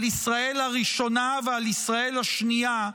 על ישראל הראשונה ועל ישראל השנייה,